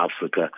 Africa